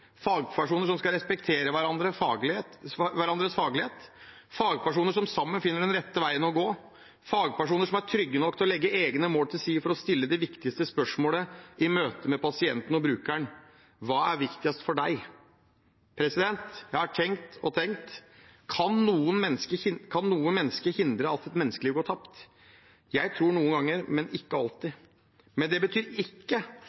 fagpersoner – fagpersoner som skal respektere hverandres faglighet, fagpersoner som sammen finner den rette veien å gå, fagpersoner som er trygge nok til å legge egne mål til side for å stille det viktigste spørsmålet i møtet med pasienten og brukeren: Hva er viktigst for deg? Jeg har tenkt og tenkt. Kan noe menneske hindre at et menneskeliv går tapt? Jeg tror noen ganger, men ikke alltid. Det betyr ikke